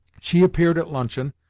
she appeared at luncheon,